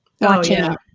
watching